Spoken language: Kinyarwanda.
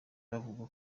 bivugwa